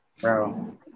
Bro